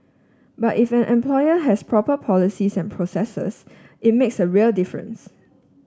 but if an employer has proper policies and processes it makes a real difference